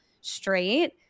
straight